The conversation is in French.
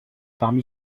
parmi